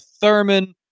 Thurman